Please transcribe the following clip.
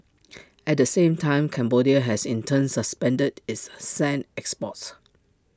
at the same time Cambodia has in turn suspended its A sand exports